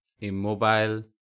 Immobile